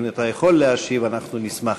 אם אתה יכול להשיב, אנחנו נשמח.